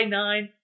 nine